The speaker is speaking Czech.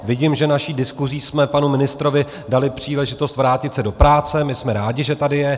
Vidím, že naší diskuzí jsme panu ministrovi dali příležitost vrátit se do práce, my jsme rádi, že tady je.